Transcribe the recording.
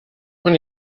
und